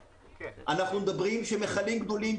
אנחנו מדברים על כך שמכלים גדולים,